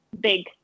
big